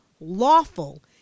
lawful